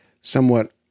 somewhat